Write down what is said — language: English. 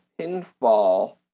pinfall